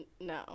no